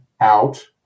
out